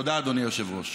תודה, אדוני היושב-ראש.